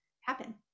happen